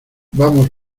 vamos